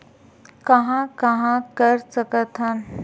कहां कहां कर सकथन?